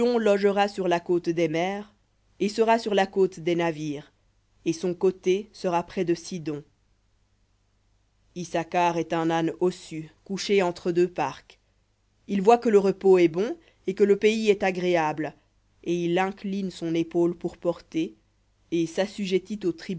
logera sur la côte des mers et sera sur la côte des navires et son côté sera près de sidon issacar est un âne ossu couché entre deux parcs il voit que le repos est bon et que le pays est agréable et il incline son épaule pour porter et